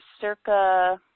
circa